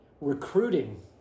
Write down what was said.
recruiting